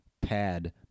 pad